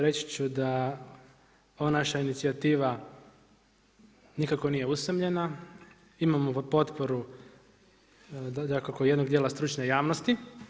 Reći ću ova naša inicijativa, nikako nije usamljena, imamo potporu dakako jednog dijela stručne javnosti.